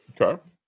Okay